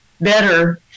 better